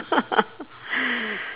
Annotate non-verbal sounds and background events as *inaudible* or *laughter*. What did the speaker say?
*laughs* *breath*